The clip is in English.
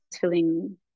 feeling